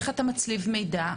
איך אתה מצליב מידע?